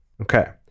Okay